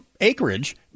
acreage